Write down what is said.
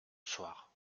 soir